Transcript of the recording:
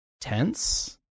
tense